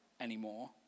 anymore